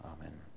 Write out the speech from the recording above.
Amen